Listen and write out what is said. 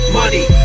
money